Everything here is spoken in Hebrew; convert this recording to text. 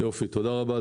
תודה רבה,